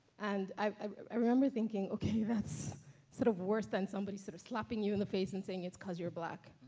and i remember thinking, okay, that's sort of worse than somebody sort of slapping you in the face and saying it's cause you're black,